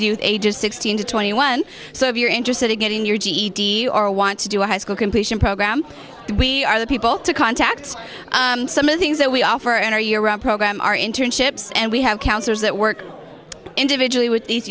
youth ages sixteen to twenty one so if you're interested in getting your ged or want to do a high school completion program we are the people to contact some of the things that we offer and or your program are internships and we have counselors that work individually with these